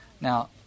Now